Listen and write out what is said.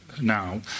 now